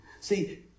See